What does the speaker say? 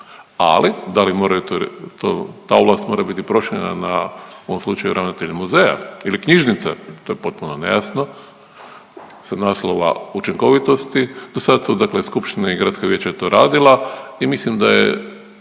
ali da li moraju to, ta ovlast mora biti proširena u ovom slučaju ravnatelja muzeja ili knjižnice, to je potpuno nejasno. Sa naslova učinkovitosti do sada su dakle skupštine i gradska vijeća to radila i mislim da je